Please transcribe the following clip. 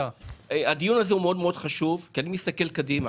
הדיון הזה מאוד חשוב כי אני מסתכל קדימה.